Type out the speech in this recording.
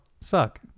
Suck